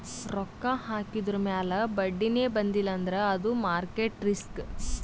ರೊಕ್ಕಾ ಹಾಕಿದುರ್ ಮ್ಯಾಲ ಬಡ್ಡಿನೇ ಬಂದಿಲ್ಲ ಅಂದ್ರ ಅದು ಮಾರ್ಕೆಟ್ ರಿಸ್ಕ್